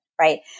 right